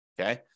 Okay